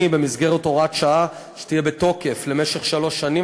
במסגרת הוראת שעה שתהיה בתוקף למשך שלוש שנים,